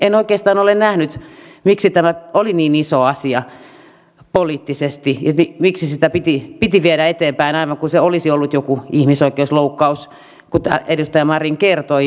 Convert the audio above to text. en oikeastaan ole nähnyt miksi tämä oli niin iso asia poliittisesti miksi sitä piti viedä eteenpäin aivan kuin se olisi ollut jokin ihmisoikeusloukkaus kuten edustaja marin kertoi